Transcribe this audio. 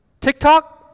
TikTok